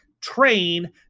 train